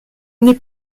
n’est